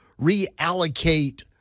reallocate